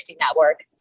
network